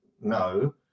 no